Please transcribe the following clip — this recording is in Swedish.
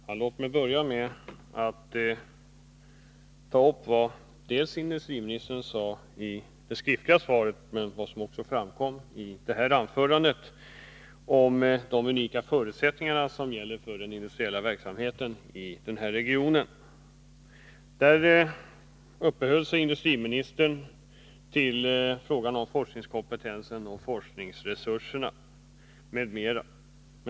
Herr talman! Låt mig börja med att ta upp vad industriministern sade i det skriftliga svaret och som också framkom i hans senaste anförande om de unika förutsättningar som gäller för den industriella verksamheten i den här regionen. På den punkten uppehöll sig industriministern vid frågan om forskningskompetensen, forskningsresurserna, m.m.